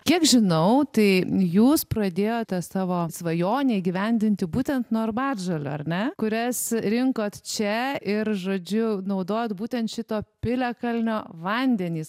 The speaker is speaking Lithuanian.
kiek žinau tai jūs pradėjote savo svajonę įgyvendinti būtent nuo arbatžolių ar ne kurias rinkot čia ir žodžiu naudojot būtent šito piliakalnio vandenys